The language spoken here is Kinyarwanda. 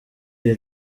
iyi